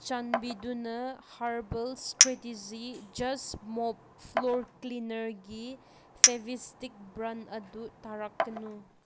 ꯆꯥꯟꯕꯤꯗꯨꯅ herbal strategy just mop floor ꯀ꯭ꯂꯤꯅꯔꯒꯤ ꯐꯦꯕꯤꯁꯇꯤꯛ ꯕ꯭ꯔꯥꯟ ꯑꯗꯨ ꯊꯥꯔꯛꯀꯅꯨ